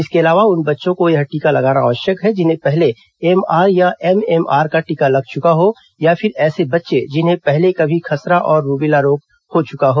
इसके अलावा उन बच्चों को यह टीका लगाना आवश्यक है जिन्हें पहले एमआर या एमएमआर का टीका लग चुका हो या फिर ऐसे बच्चे जिन्हें पहले कभी खसरा और रूबेला रोग हो चुका हो